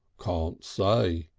can't say,